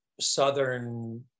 southern